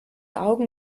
augen